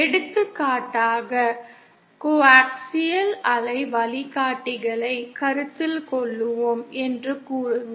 எடுத்துக்காட்டாக கோஆக்சியல் அலை வழிகாட்டிகளைக் கருத்தில் கொள்வோம் என்று கூறுங்கள்